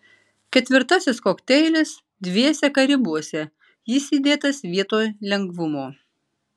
ketvirtasis kokteilis dviese karibuose jis įdėtas vietoj lengvumo